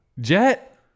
Jet